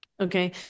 Okay